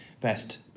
best